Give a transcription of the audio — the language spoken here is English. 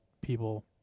people